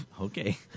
Okay